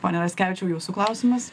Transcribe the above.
pone raskevičiau jūsų klausimas